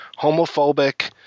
homophobic